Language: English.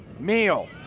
meehl